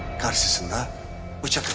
garbis and